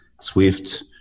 Swift